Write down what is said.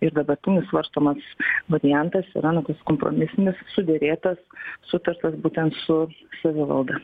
ir dabartinis svarstomas variantas yra nu tas kompromisinis suderėtas sutartas būtent su savivalda